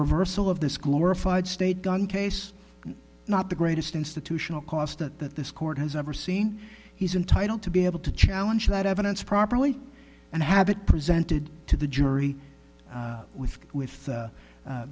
reversal of this glorified state gun case not the greatest institutional cost that that this court has ever seen he's entitled to be able to challenge that evidence properly and have it presented to the jury with with